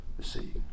see